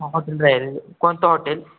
hotel राहिले कोणतं hotel